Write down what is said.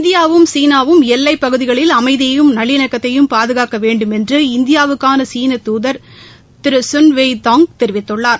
இந்தியாவும் சீனாவும் எல்வைப் பகுதிகளில் அமைதியையும் நல்லிணக்கத்தையும் பாதுகாக்க வேண்டுமென்று இந்தியாவுக்கான சீன தூதர் திரு ஸுன் வெய் தாங் தெரிவித்துள்ளார்